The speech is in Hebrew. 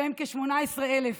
שהם כ-18,000